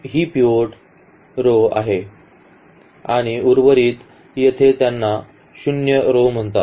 ही pivot row आहेत आणि उर्वरित येथे त्यांना शून्य row म्हणतात